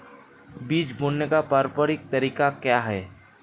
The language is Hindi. बीज बोने का पारंपरिक तरीका क्या है?